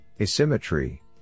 Asymmetry